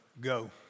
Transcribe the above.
go